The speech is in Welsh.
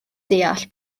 deall